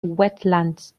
wetlands